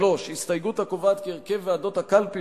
3. הסתייגות הקובעת כי הרכב ועדות הקלפי